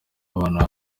abana